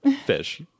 fish